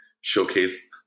showcase